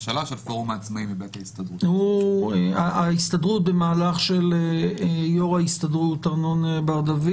ההסתדרות - במהלך של יושב ראש ההסתדרות ארנון בר-דוד